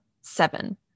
seven